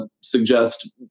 suggest